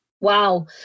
Wow